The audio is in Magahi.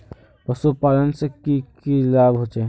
पशुपालन से की की लाभ होचे?